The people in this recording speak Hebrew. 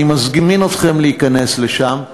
אני מזמין אתכם להיכנס לשם,